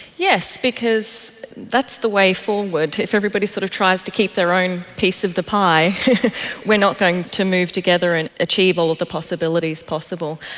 yes, because that's the way forward. if everybody sort of tries to keep their own piece of the pie we are not going to move together and achieve all of the possibilities possible.